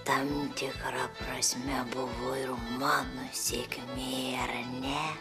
tam tikra prasme buvo ir mano sėkmė ar ne